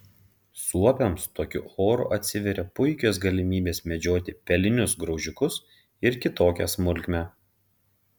suopiams tokiu oru atsiveria puikios galimybės medžioti pelinius graužikus ir kitokią smulkmę